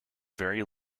very